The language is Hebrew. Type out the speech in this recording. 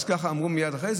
אז ככה אמרו, מייד אחרי זה.